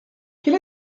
quel